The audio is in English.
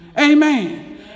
Amen